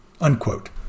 Unquote